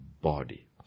body